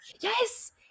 Yes